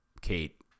kate